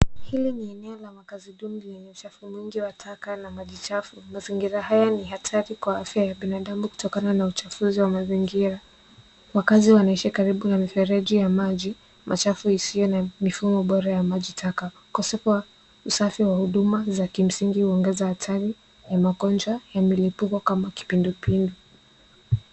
Hili ni eneo la makaazi duni lenye uchafu mwingi wa taka na maji chafu. Mazingira haya ni hatari kwa afya ya binadamu kutokana na uchafuzi wa mazingira. Wakaazi wanaishi karibu na mifereji ya maji machafu isiyo na mifumo bora ya maji taka. Ukosefu wa usafi wa huduma za kimsingi huongeza hatari ya magonjwa ya milipuko kama kipindupindu.